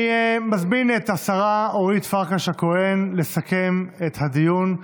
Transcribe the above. אני מזמין את השרה אורית פרקש הכהן לסכם את הדיון.